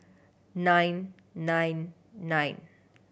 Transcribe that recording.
nine nine nine